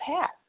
path